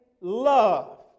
love